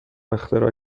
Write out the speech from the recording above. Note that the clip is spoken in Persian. اختراع